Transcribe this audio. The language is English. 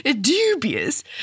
Dubious